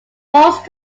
forced